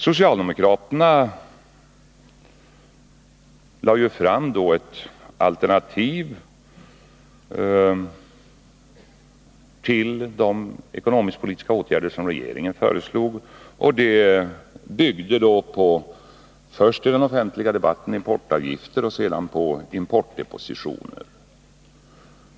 Socialdemokraterna lade då fram ett alternativ till de ekonomisk-politiska åtgärder som regeringen föreslog. Det alternativet byggde på vad som i den offentliga debatten först kallades importavgifter och sedan importdepositioner.